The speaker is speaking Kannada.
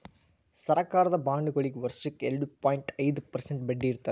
ಸರಕಾರದ ಬಾಂಡ್ಗೊಳಿಗ್ ವರ್ಷಕ್ಕ್ ಎರಡ ಪಾಯಿಂಟ್ ಐದ್ ಪರ್ಸೆಂಟ್ ಬಡ್ಡಿ ಇರ್ತದ್